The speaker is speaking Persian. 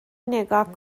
نگاه